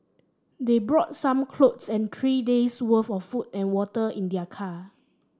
they brought some clothes and three days worth of food and water in their car